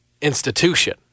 institution